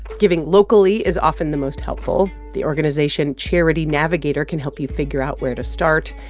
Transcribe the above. giving locally is often the most helpful. the organization charity navigator can help you figure out where to start.